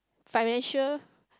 financial